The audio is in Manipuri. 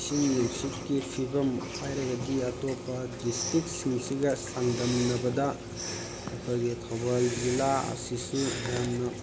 ꯏꯁꯤꯡ ꯅꯨꯡꯁꯤꯠꯀꯤ ꯐꯤꯕꯝ ꯍꯥꯏꯔꯒꯗꯤ ꯑꯇꯣꯞꯄ ꯗꯤꯁꯇ꯭ꯔꯤꯛꯁꯤꯡꯁꯤꯒ ꯆꯥꯡꯗꯝꯅꯕꯗ ꯑꯩꯈꯣꯏꯒꯤ ꯊꯧꯕꯥꯜ ꯖꯤꯂꯥ ꯑꯁꯤꯁꯨ ꯌꯥꯝꯅ